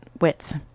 width